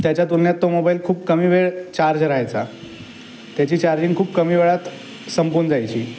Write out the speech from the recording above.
तुलनेत तो मोबाईल खूप कमी वेळ चार्ज रहायचा त्याची चार्जिंग खूप कमी वेळात संपून जायची आणि याबद्दल